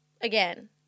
again